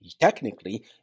technically